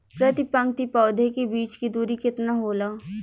प्रति पंक्ति पौधे के बीच की दूरी केतना होला?